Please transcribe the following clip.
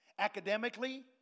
academically